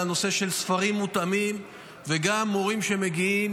על נושא הספרים המותאמים וגם מורים שמגיעים